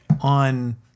on